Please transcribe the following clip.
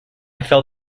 felt